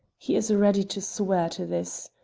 he is ready to swear to this.